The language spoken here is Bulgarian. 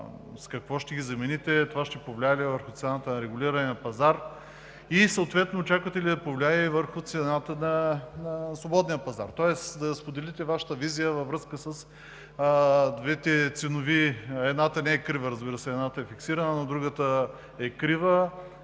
с какво ще ги замените; това ще повлияе ли върху цената на регулирания пазар и очаквате ли да повлияе и върху цената на свободния пазар? Тоест да споделите Вашата визия във връзка с двете цени – едната не е крива, разбира се, едната е фиксирана, но другата е крива